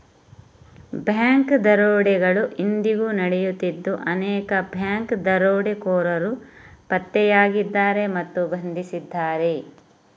bank ದರೋಡೆಗಳು ಇಂದಿಗೂ ನಡೆಯುತ್ತಿದ್ದು ಅನೇಕ ಬ್ಯಾಂಕ್ ದರೋಡೆಕೋರರು ಪತ್ತೆಯಾಗಿದ್ದಾರೆ ಮತ್ತು ಬಂಧಿಸಿದ್ದಾರೆ